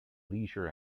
leisure